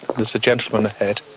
there's a gentleman ahead.